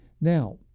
Now